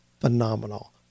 phenomenal